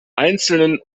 einzelnen